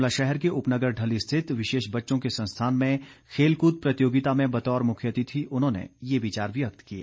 शिमला शहर के उपनगर ढली स्थित विशेष बच्चों के संस्थान में खेल कूद प्रतियोगिता में बतौर मुख्यतिथि उन्होंने ये विचार व्यक्त किए